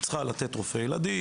היא צריכה לתת רופא ילדים,